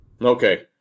Okay